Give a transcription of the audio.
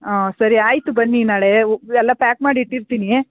ಹಾಂ ಸರಿ ಆಯಿತು ಬನ್ನಿ ನಾಳೆ ಒ ಎಲ್ಲ ಪ್ಯಾಕ್ ಮಾಡಿ ಇಟ್ಟಿರ್ತೀನಿ